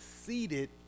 seated